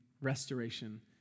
restoration